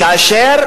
כאשר,